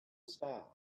star